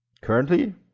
Currently